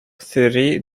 three